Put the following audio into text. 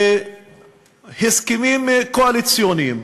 בהסכמים קואליציוניים